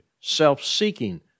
self-seeking